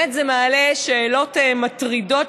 זה מעלה שאלות מטרידות,